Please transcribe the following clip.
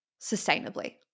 sustainably